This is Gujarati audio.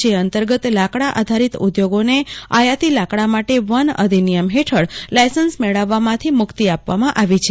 જે અંતર્ગત લાકડા આધારિત ઉદ્યોગોને આયાતી લાકડા માટે વન અધિનિયમ હેઠળ લાયસન્સ મેળવવામાંથી મુક્તિ આપવામાં આવી છે